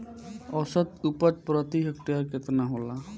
औसत उपज प्रति हेक्टेयर केतना होला?